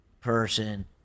person